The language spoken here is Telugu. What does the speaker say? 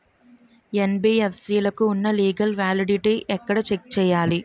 యెన్.బి.ఎఫ్.సి లకు ఉన్నా లీగల్ వ్యాలిడిటీ ఎక్కడ చెక్ చేయాలి?